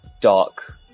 dark